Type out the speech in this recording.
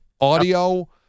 audio